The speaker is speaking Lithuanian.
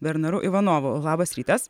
bernaru ivanovu labas rytas